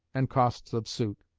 and costs of suit.